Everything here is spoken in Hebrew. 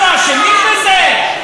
אנחנו אשמים בזה?